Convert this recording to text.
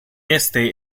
este